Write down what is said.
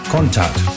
Contact